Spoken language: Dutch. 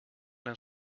een